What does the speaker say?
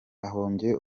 ahombye